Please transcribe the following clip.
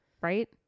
right